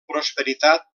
prosperitat